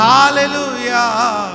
Hallelujah